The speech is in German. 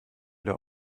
der